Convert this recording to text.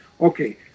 Okay